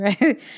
right